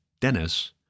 Dennis